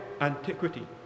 antiquity